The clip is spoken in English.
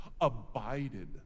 abided